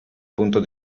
punto